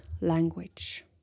language